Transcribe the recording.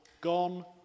gone